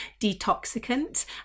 detoxicant